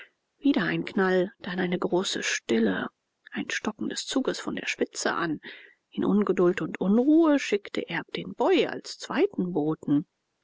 wieder ein knall dann eine große stille ein stocken des zuges von der spitze an in ungeduld und unruhe schickte erb den boy als zweiten boten